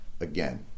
again